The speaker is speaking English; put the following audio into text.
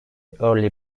early